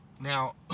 Now